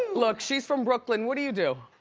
look, she's from brooklyn, what do you do?